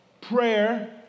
prayer